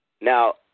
Now